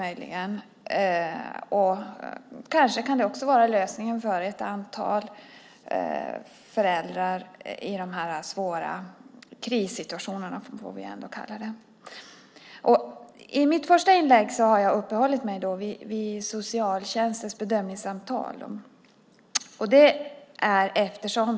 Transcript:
Det kanske också kan vara lösningen för ett antal föräldrar i de här svåra krissituationerna. I mitt första inlägg uppehöll jag mig vid socialtjänstens bedömningssamtal.